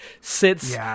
sits